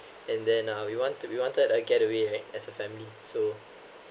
and then uh we want to we wanted a getaway right as the family so